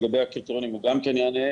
לגבי הקריטריונים הוא גם כן יענה,